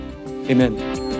amen